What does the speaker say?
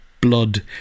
blood